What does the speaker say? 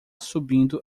subindo